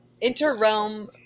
Inter-realm